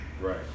right